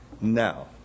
Now